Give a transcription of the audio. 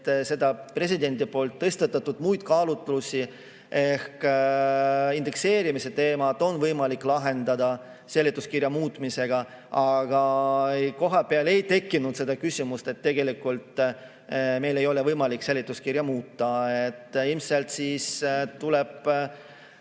presidendi tõstatatud muid kaalutlusi ehk seda, et indekseerimise teemat on võimalik lahendada seletuskirja muutmisega. Aga kohapeal ei tekkinud seda küsimust, et tegelikult meil ei ole võimalik seletuskirja muuta. Ilmselt siis tuleb